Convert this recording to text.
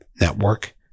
network